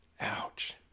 Ouch